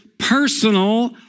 personal